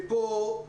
הנושאים.